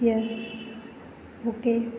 yes okay